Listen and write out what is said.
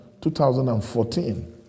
2014